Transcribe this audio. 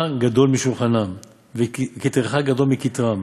ששולחנך גדול משולחנם וכתרך גדול מכתרם,